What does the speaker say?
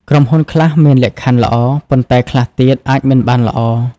ក្រុមហ៊ុនខ្លះមានលក្ខខណ្ឌល្អ ប៉ុន្តែខ្លះទៀតអាចមិនបានល្អ។